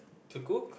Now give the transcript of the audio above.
to cook